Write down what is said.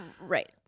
Right